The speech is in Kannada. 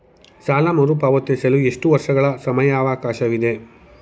ಸಾಲ ಮರುಪಾವತಿಸಲು ಎಷ್ಟು ವರ್ಷಗಳ ಸಮಯಾವಕಾಶವಿದೆ?